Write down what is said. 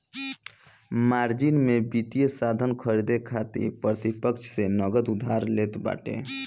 margin में वित्तीय साधन खरीदे खातिर प्रतिपक्ष से नगद उधार लेत बाटे